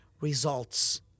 results